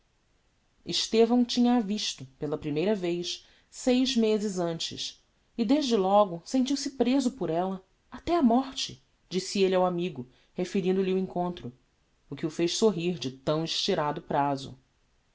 estevão tinha-a visto pela primeira vez seis mezes antes e desde logo sentiu-se preso por ella até á morte disse elle ao amigo referindo lhe o encontro o que o fez sorrir de tão estirado prazo